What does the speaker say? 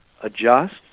Adjust